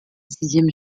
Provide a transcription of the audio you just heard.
sixième